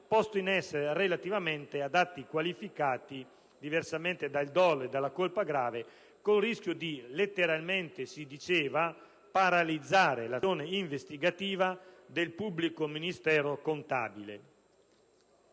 posto in essere relativamente ad atti qualificati (...), diversamente dal dolo e dalla colpa grave, col rischio di paralizzare l'azione investigativa del pubblico ministero contabile